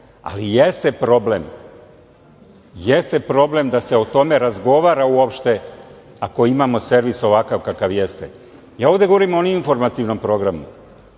ali jeste problem, jeste problem da se o tome razgovara uopšte, ako imamo servis ovakav kakav jeste. Ja ovde govorim o informativnom programu.